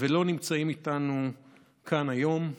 ולא נמצאים איתנו כאן היום,